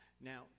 Now